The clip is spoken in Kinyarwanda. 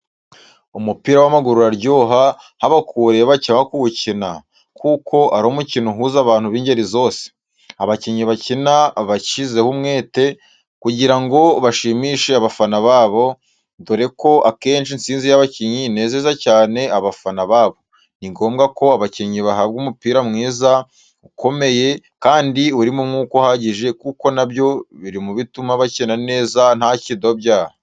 Umupira w’amaguru uraryoha, haba kuwureba cyangwa kuwukina, kuko ari umukino uhuza abantu b’ingeri zose. Abakinnyi bakina bashyizeho umwete kugira ngo bashimishe abafana babo, dore ko akenshi intsinzi y’abakinnyi inezeza cyane abafana babo. Ni ngombwa ko abakinnyi bahabwa umupira mwiza, ukomeye kandi urimo umwuka uhagije, kuko na byo biri mu bituma bakina neza nta kidobya.